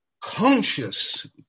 conscious